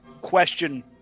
question